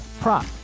prop